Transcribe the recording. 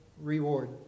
reward